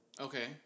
Okay